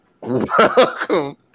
Welcome